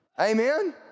Amen